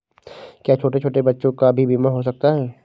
क्या छोटे छोटे बच्चों का भी बीमा हो सकता है?